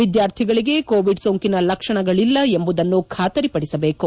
ವಿದ್ವಾರ್ಥಿಗಳಿಗೆ ಕೋವಿಡ್ ಸೋಂಕಿನ ಲಕ್ಷಣಗಳಿಲ್ಲ ಎಂಬುದನ್ನು ಖಾತರಿಪಡಿಸಬೇಕು